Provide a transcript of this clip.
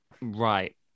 right